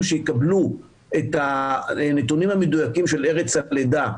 שיקבלו את הנתונים המדויקים של ארץ הלידה,